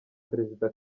perezida